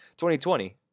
2020